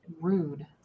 Rude